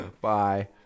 Bye